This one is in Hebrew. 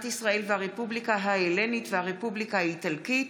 ישראל והרפובליקה ההלנית והרפובליקה האיטלקית